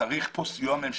שצריך כאן סיוע ממשלתי.